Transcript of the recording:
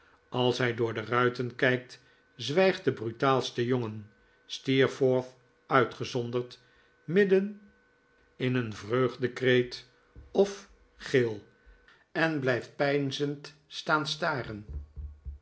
als hij door de ruiten kijkt zwijgt de brutaalste jongen steerforth uitgezonderd midden in een vreugdekreet of gil en blijft peinzend staan staren